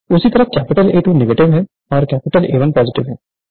उसी तरह capital A2 negative है और कैपिटल A1 पॉजिटिव है